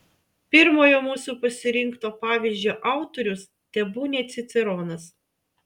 pirmojo mūsų pasirinkto pavyzdžio autorius tebūnie ciceronas